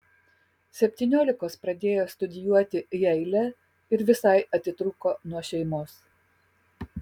septyniolikos pradėjo studijuoti jeile ir visai atitrūko nuo šeimos